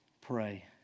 pray